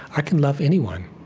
i can love anyone.